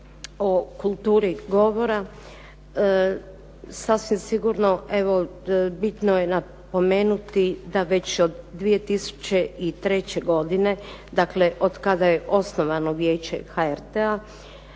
o kulturi govora sasvim sigurno evo bitno je napomenuti da već od 2003. godine, dakle otkada je osnovano Vijeće HRT-a